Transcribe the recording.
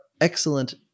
excellent